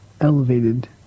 elevated